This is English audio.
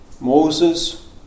Moses